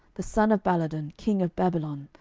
the son of baladan, king of babylon,